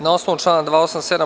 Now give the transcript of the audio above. Na osnovu člana 287.